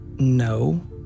No